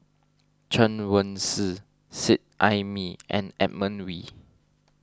Chen Wen Hsi Seet Ai Mee and Edmund Wee